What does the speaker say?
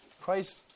Christ